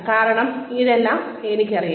കാരണം അതെല്ലാം എനിക്കറിയാം